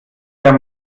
der